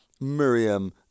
Miriam